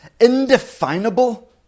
indefinable